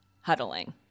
huddling